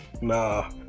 nah